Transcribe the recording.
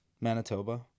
Manitoba